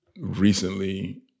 recently